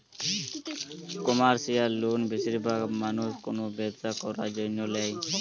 commercial loan বেশিরভাগ মানুষ কোনো ব্যবসা করার জন্য ল্যায়